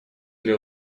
для